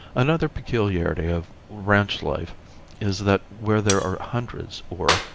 another peculiarity of ranch life is that where there are hundreds or,